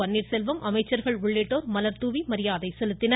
பன்னீர்செல்வம் அமைச்சர்கள் உள்ளிட்டோர் மலர் தூவி மரியாதை செலுத்தினர்